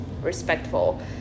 respectful